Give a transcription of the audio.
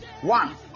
One